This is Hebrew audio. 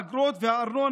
האגרות והארנונה,